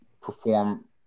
perform